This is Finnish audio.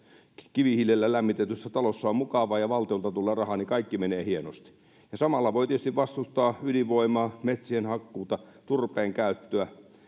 kivihiilellä lämmitetyssä talossa on mukavaa ja valtiolta tulee rahaa niin kaikki menee hienosti samalla voi tietysti vastustaa ydinvoimaa metsien hakkuuta turpeen käyttöä